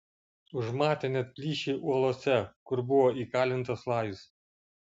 užmatė net plyšį uolose kur buvo įkalintas lajus